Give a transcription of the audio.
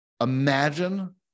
imagine